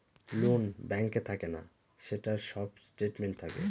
loan ব্যাঙ্কে থাকে না, সেটার সব স্টেটমেন্ট থাকে